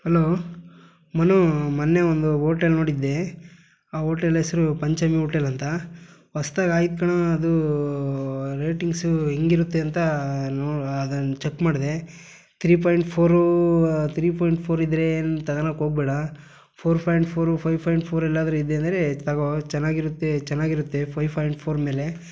hello Manu ಮೊನ್ನೆ ಒಂದು hotel ನೋಡಿದ್ದೆ ಆ ಓಟೆಲ್ ಹೆಸರು ಪಂಚಮಿ ಓಟೆಲ್ ಅಂತ ಹೊಸ್ದಾಗಿ ಆಯ್ತು ಕಾಣೋ ಅದು ರೇಟಿಂಗ್ಸು ಹೆಂಗ್ ಇರುತ್ತೆ ಅಂತ ನೋಡಿ ಅದನ್ನು ಚಕ್ ಮಾಡಿದೆ three point four three point four ಇದ್ದರೆ ಏನು ತಗಣಕ್ಕೆ ಹೋಗಬೇಡ four point four five point four ಎಲ್ಲಾದರೂ ಇದೆ ಅಂದರೆ ತೊಗೋ ಚೆನ್ನಾಗಿರುತ್ತೆ ಚೆನ್ನಾಗಿರುತ್ತೆ ಫೈವ್ ಫಾಂಯ್ಟ್ ಫೋರ್ ಮೇಲೆ